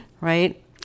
right